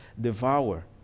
devour